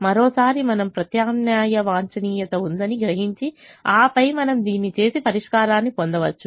మరోసారి మనం ప్రత్యామ్నాయ వాంఛనీయత ఉందని గ్రహించి ఆపై మనం దీన్ని చేసి పరిష్కారాన్ని పొందవచ్చు